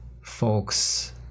folks